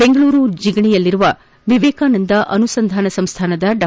ಬೆಂಗಳೂರು ಜಿಗಣಿಯಲ್ಲಿನ ವಿವೇಕಾನಂದ ಅನುಸಂಧಾನ ಸಂಸ್ಥಾನದ ಡಾ